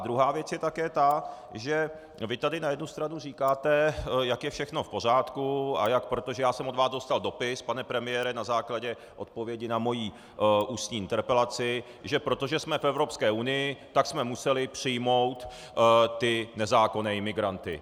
Druhá věc je také ta, že vy tady na jednu stranu říkáte, jak je všechno v pořádku a jak protože já jsem od vás dostal dopis, pane premiére, na základě odpovědi na moji ústní interpelaci, že protože jsme v Evropské unii, tak jsme museli přijmout ty nezákonné imigranty.